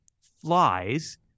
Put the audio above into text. flies